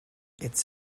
its